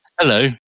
Hello